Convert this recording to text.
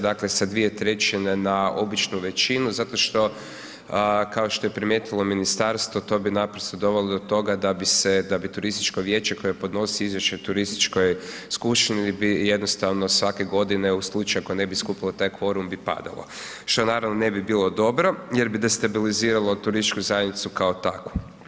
Dakle sa 2/3 na običnu većinu zašto što kao što je primijetilo ministarstvo to bi naprosto dovelo do toga da bi se, da bi turističko vijeće koje podnosi izvješće o turističkoj skupštini bi jednostavno svake godine u slučaju ako ne bi skupili taj kvorum bi padalo što naravno ne bi bilo dobro jer bi destabiliziralo turističku zajednicu kao takvu.